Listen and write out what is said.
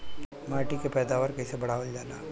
माटी के पैदावार कईसे बढ़ावल जाला?